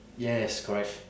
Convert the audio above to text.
yes correct